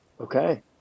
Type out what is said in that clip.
Okay